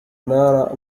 نارا